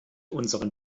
unseren